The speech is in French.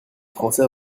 français